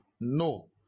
No